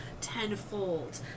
tenfold